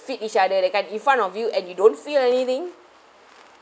feed each other that kind in front of you and you don't feel anything